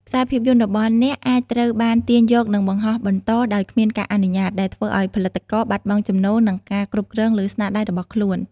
ខ្សែភាពយន្តរបស់អ្នកអាចត្រូវបានទាញយកនិងបង្ហោះបន្តដោយគ្មានការអនុញ្ញាត ដែលធ្វើឱ្យផលិតករបាត់បង់ចំណូលនិងការគ្រប់គ្រងលើស្នាដៃរបស់ខ្លួន។